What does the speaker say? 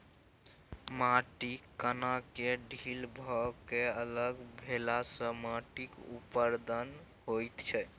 माटिक कणकेँ ढील भए कए अलग भेलासँ माटिक अपरदन होइत छै